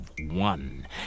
one